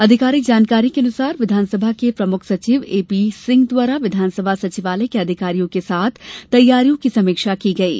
आधिकारिक जानकारी के अनुसार विधानसभा के प्रमुख सचिव ए पी सिंह द्वारा विधानसभा सचिवालय के अधिकारियों के साथ तैयारियों की समीक्षा की गयी